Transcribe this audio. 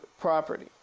property